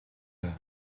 байв